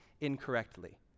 incorrectly